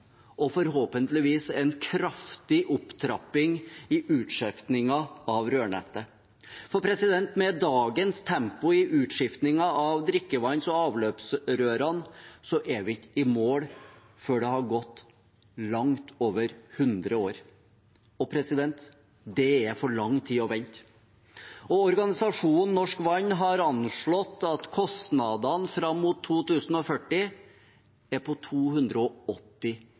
og forhåpentligvis en kraftig opptrapping i utskiftingen av rørnettet. For med dagens tempo i utskifting av drikkevanns- og avløpsrørene er vi ikke i mål før det har gått langt over 100 år. Det er for lang tid å vente. Organisasjonen Norsk Vann har anslått at kostnadene fram mot 2040 er på 280